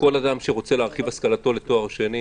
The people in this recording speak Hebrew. לכל אדם שרוצה להרחיב את השכלתו לתואר שני.